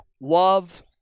Love